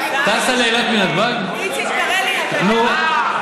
לאן, טסה לאילת מנתב"ג?